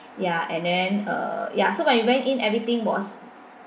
ya and then uh ya so when you went in everything was